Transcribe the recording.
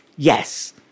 Yes